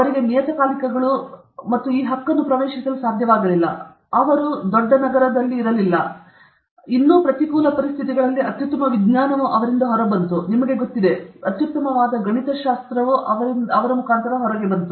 ಅವರಿಗೆ ನಿಯತಕಾಲಿಕಗಳು ಮತ್ತು ಈ ಹಕ್ಕನ್ನು ಪ್ರವೇಶಿಸಲು ಸಾಧ್ಯವಾಗಲಿಲ್ಲ ಮತ್ತು ನಂತರ ಅವರು ದೊಡ್ಡ ನಗರದಲ್ಲಿಲ್ಲ ಮತ್ತು ಎಲ್ಲವನ್ನೂ ಹೊಂದಿದ್ದರು ಆದರೆ ಇನ್ನೂ ಈ ಪ್ರತಿಕೂಲ ಪರಿಸ್ಥಿತಿಗಳಲ್ಲಿ ಅತ್ಯುತ್ತಮ ವಿಜ್ಞಾನವು ಅವರಿಂದ ಹೊರಬಂತು ನಿಮಗೆ ಗೊತ್ತಿದೆ ಅತ್ಯುತ್ತಮವಾದ ಗಣಿತಶಾಸ್ತ್ರವು ಅವರಿಗೆ ಸರಿಯಾಗಿದೆ